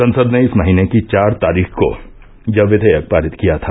संसद ने इस महीने की चार तारीख को यह विधेयक पारित किया था